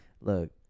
Look